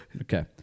Okay